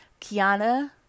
Kiana